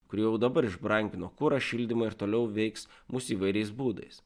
kuri jau dabar ižbrangino kurą šildymą ir toliau veiks mus įvairiais būdais